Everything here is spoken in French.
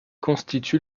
constitue